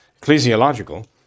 ecclesiological